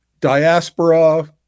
diaspora